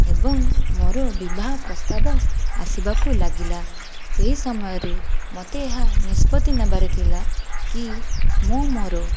ଏବଂ ମୋର ବିବାହ ପ୍ରସ୍ତାବ ଆସିବାକୁ ଲାଗିଲା ସେହି ସମୟରେ ମୋତେ ଏହା ନିଷ୍ପତି ନେବାର ଥିଲାକି ମୁଁ ମୋର